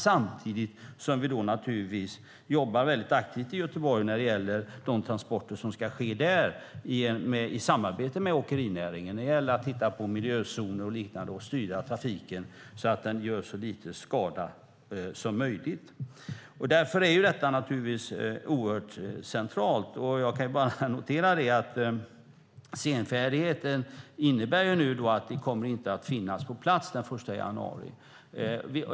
Samtidigt jobbar vi tillsammans med åkerinäringen aktivt i Göteborg när det gäller de transporter som ska ske där. Det handlar om att titta på miljözoner och styra trafiken så att den gör så liten skada som möjligt. Senfärdigheten innebär att detta inte kommer att finnas på plats den 1 januari.